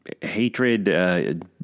Hatred